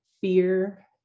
fear